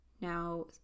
Now